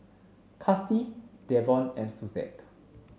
Kasie Devon and Suzette